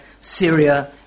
Syria